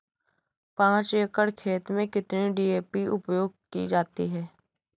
पाँच एकड़ खेत में कितनी डी.ए.पी उपयोग की जाती है?